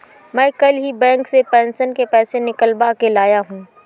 मैं कल ही बैंक से पेंशन के पैसे निकलवा के लाया हूँ